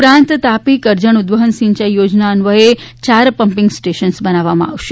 ઉપરાંત તાપી કરજણ ઉદવહન સિંચાઇ યોજના અન્વયે ચાર પમ્પિંગ સ્ટેશન્સ બનાવામાં આવશે